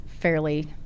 fairly